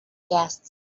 guests